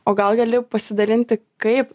o gal gali pasidalinti kaip